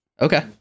Okay